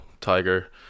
tiger